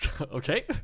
Okay